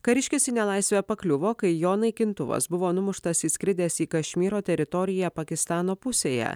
kariškis į nelaisvę pakliuvo kai jo naikintuvas buvo numuštas įskridęs į kašmyro teritoriją pakistano pusėje